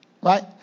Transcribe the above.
Right